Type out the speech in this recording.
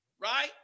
right